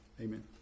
amen